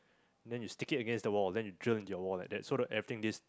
then you stick it against the wall then you drill into your wall like that so that everything this